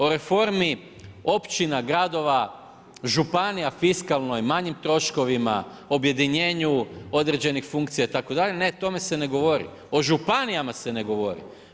O reformi, općina, gradova, županija, fiskalnoj, manjim troškovima, objedinjenu određenih funkcija itd. ne o tome se ne govori, o županijama se ne govori.